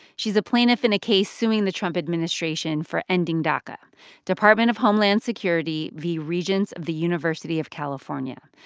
she's a plaintiff in a case suing the trump administration for ending daca department of homeland security v. regents of the university of california.